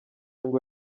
ngo